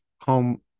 home